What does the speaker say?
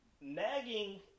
nagging